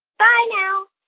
bye now